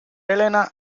elena